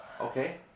okay